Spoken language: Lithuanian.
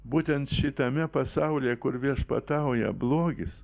būtent šitame pasaulyje kur viešpatauja blogis